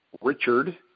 Richard